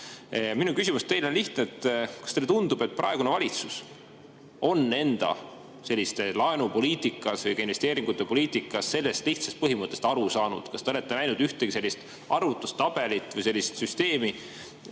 Minu küsimus teile on lihtne: kas teile tundub, et praegune valitsus on oma laenupoliitikas või ka investeeringute poliitikas sellest lihtsast põhimõttest aru saanud? Kas te olete näinud ühtegi sellist arvutust, tabelit või sellist süsteemi,